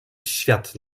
świat